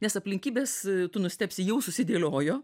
nes aplinkybės tu nustebsi jau susidėliojo